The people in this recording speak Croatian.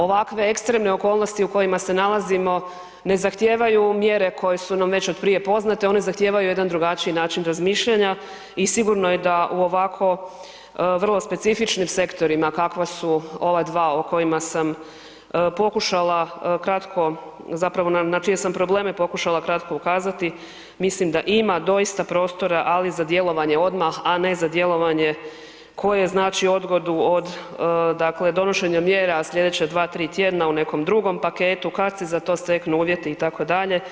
Ovakve ekstremne okolnosti u kojima se nalazimo ne zahtijevaju mjere koje su nam već od prije poznate, one zahtijevaju jedan drugačiji način razmišljanja i sigurno je da u ovako vrlo specifičnim sektorima kakva su ova dva o kojima sam pokušala kratko zapravo na čije sam probleme pokušala kratko ukazati, mislim da ima doista prostora ali za djelovanje odmah a ne za djelovanje koje znači odgodu od dakle donošenja mjera slijedeća 2, 3 tj. u nekom drugom paketu kad se za to steknu uvjeti itd.